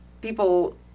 people –